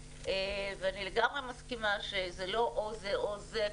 ואני לגמרי מסכימה שזה לא או זה או זה,